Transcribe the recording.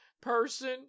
person